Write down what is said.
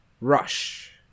rush